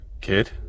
Kid